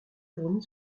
fourni